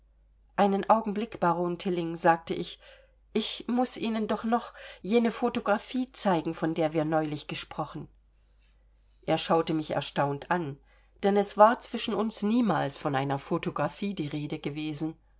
einen augenblick baron tilling sagte ich ich muß ihnen doch noch jene photographie zeigen von der wir neulich gesprochen er schaute mich erstaunt an denn es war zwischen uns niemals von einer photographie die rede gewesen